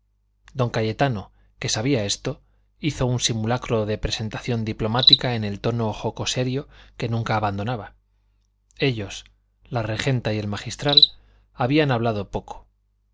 don cayetano que sabía esto hizo un simulacro de presentación diplomática en el tono jocoserio que nunca abandonaba ellos la regenta y el magistral habían hablado poco